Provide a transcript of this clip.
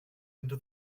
into